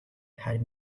had